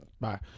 bye